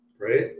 Right